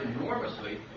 enormously